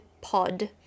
pod